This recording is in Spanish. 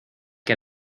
que